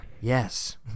Yes